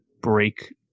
break